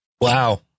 Wow